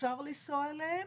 אפשר לנסוע אליהן,